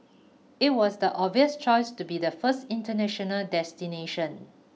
it was the obvious choice to be the first international destination